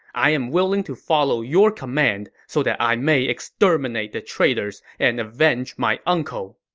i am willing to follow your command so that i may exterminate the traitors and avenge my uncle.